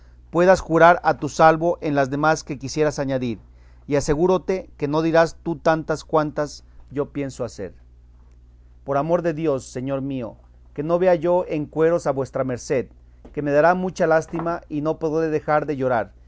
puedas jurar a tu salvo en las demás que quisieres añadir y asegúrote que no dirás tú tantas cuantas yo pienso hacer por amor de dios señor mío que no vea yo en cueros a vuestra merced que me dará mucha lástima y no podré dejar de llorar